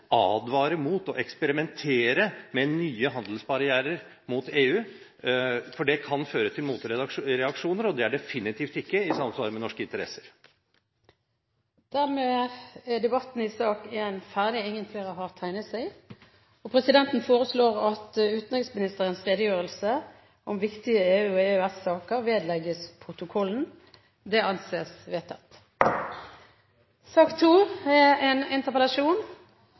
advarer mot å eksperimentere med nye handelsbarrierer mot EU, for det kan føre til motreaksjoner, og det er definitivt ikke i samsvar med norske interesser. Flere har ikke bedt om ordet til sak nr. 1 Presidenten foreslår at utenriksministerens redegjørelse fra Stortingets møte 14. mai 2013 om viktige EU- og EØS-saker vedlegges protokollen. – Det anses vedtatt.